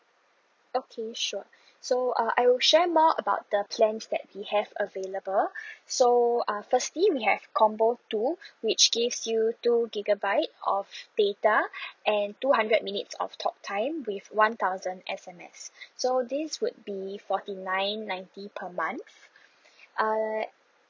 okay sure so uh I will share more about the plans that we have available so uh firstly we have combo two which gives you two gigabyte of data and two hundred minutes of talk time with one thousand S_M_S so this would be forty nine ninety per month err